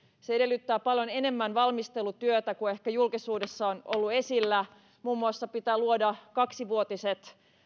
se edellyttää paljon enemmän valmistelutyötä kuin ehkä julkisuudessa on ollut esillä muun muassa pitää luoda kaksivuotisen